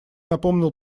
напомнил